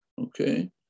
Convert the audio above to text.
Okay